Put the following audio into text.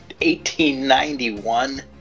1891